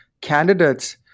candidates